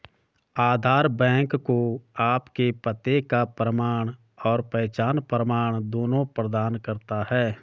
आधार bank को आपके पते का प्रमाण और पहचान प्रमाण दोनों प्रदान करता है